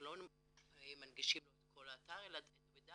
אנחנו לא מנגישים לו את כל האתר אלא את המידע